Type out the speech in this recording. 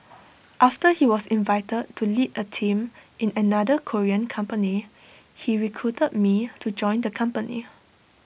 after he was invited to lead A team in another Korean company he recruited me to join the company